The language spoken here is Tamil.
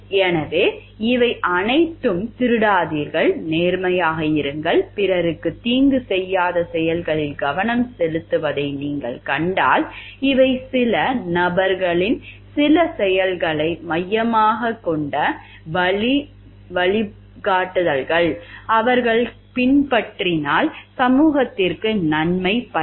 எனவே இவை அனைத்தும் திருடாதீர்கள் நேர்மையாக இருங்கள் பிறருக்கு தீங்கு செய்யாத செயல்களில் கவனம் செலுத்துவதை நீங்கள் கண்டால் இவை சில நபர்களின் சில செயல்களை மையமாகக் கொண்ட வழிகாட்டுதல்கள் அவர்கள் பின்பற்றினால் சமூகத்திற்கு நன்மை பயக்கும்